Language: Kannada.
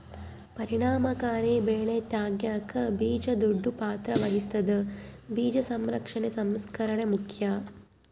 ಪರಿಣಾಮಕಾರಿ ಬೆಳೆ ತೆಗ್ಯಾಕ ಬೀಜ ದೊಡ್ಡ ಪಾತ್ರ ವಹಿಸ್ತದ ಬೀಜ ಸಂರಕ್ಷಣೆ ಸಂಸ್ಕರಣೆ ಮುಖ್ಯ